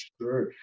Sure